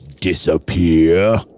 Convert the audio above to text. disappear